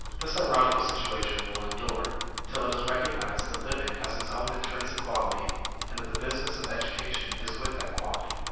this ironical situation will endure till it is recognized that living has its own intrinsic quality and that the business of education is with that quality.